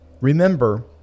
Remember